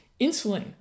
insulin